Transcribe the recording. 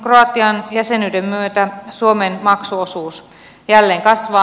kroatian jäsenyyden myötä suomen maksuosuus jälleen kasvaa